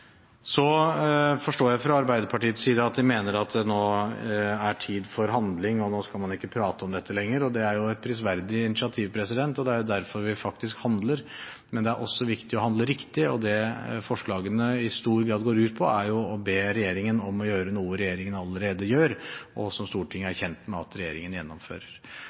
Så forstår jeg at fra Arbeiderpartiets side mener de at det nå er tid for handling, og nå skal man ikke prate om dette lenger. Det er jo et prisverdig initiativ, og det er derfor vi faktisk handler. Men det er også viktig å handle riktig, og det forslagene i stor grad går ut på, er å be regjeringen om å gjøre noe regjeringen allerede gjør, og som Stortinget er kjent med at regjeringen gjennomfører.